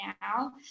now